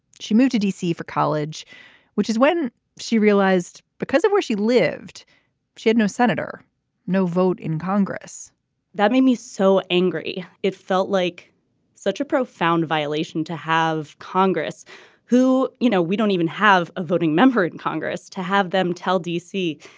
she moved to d c. for college which is when she realized because of where she lived she had no senator no vote in congress that made me so angry. it felt like such a profound violation to have congress who you know we don't even have a voting member of congress to have them tell d c.